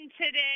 today